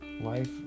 life